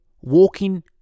walking